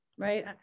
Right